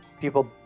people